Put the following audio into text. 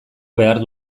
beharko